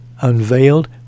unveiled